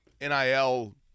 NIL